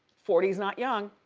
forty s not young,